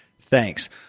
Thanks